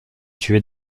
tué